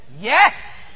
yes